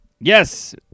Yes